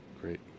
Great